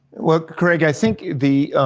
well, craig, i think the,